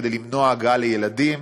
כדי למנוע הגעה לילדים